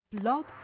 Love